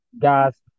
gas